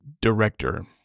director